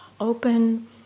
open